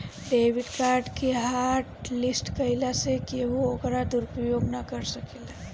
debit card के hotlist कईला से केहू ओकर दुरूपयोग ना कर सकेला